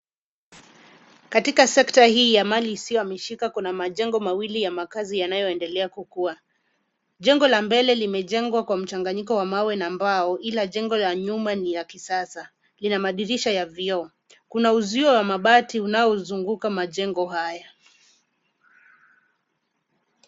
Katika sekta hii ya mali isiyohamishika kuna majengo mawili ya makazi yanayoendelea kukua. Jengo la mbele limejengwa kwa mchanganyiko wa mawe na mbao ila jengo ya nyuma ni ya kisasa. Lina madirisha ya vioo. Kuna uzio wa mabati unaozunguka majengo haya.